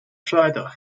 frieda